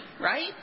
right